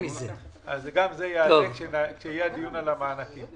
גם זה יעלה כשיתקיים הדיון על המענקים.